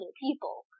people